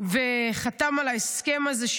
וחתם על ההסכם הזה.